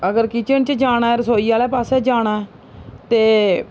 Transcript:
अगर किचन च जाना रसोई आह्ले पास्सै जाना ऐ ते